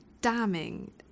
damning